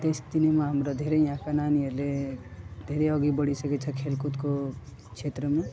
त्यस दिनमा हाम्रो धेरै यहाँका नानीहरूले धेरै अघि बढिसकेको छ खेलकुदको क्षेत्रमा